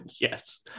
Yes